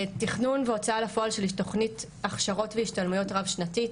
תכנון והוצאה לפועל של תוכנית הכשרות והשתלמויות רב-שנתית